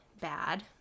bad